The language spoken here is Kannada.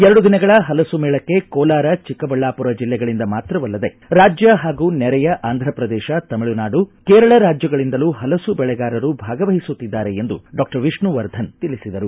ಎರಡು ದಿನಗಳ ಪಲಸು ಮೇಳಕ್ಕೆ ಕೋಲಾರ ಚಿಕ್ಕಬಳ್ಳಾಪುರ ಜಿಲ್ಲೆಗಳಿಂದ ಮಾತ್ರವಲ್ಲದೆ ರಾಜ್ಯ ಹಾಗೂ ನೆರೆಯ ಆಂಧ್ರ ಪ್ರದೇಶ ತಮಿಳುನಾಡು ಕೇರಳ ರಾಜ್ಯಗಳಿಂದಲೂ ಹಲಸು ಬೆಳೆಗಾರರು ಭಾಗವಹಿಸುತ್ತಿದ್ದಾರೆ ಎಂದು ಡಾಕ್ಷರ್ ವಿಷ್ಣುವರ್ಧನ್ ತಿಳಿಸಿದರು